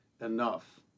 enough